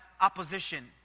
opposition